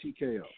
TKO